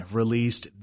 released